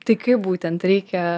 tai kaip būtent reikia